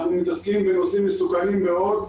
אנחנו מתעסקים בנושאים מסוכנים מאוד.